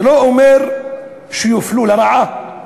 זה לא אומר שיופלו לרעה.